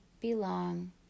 belong